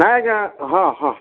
ନାଇ ଆଜ୍ଞା ହଁ ହଁ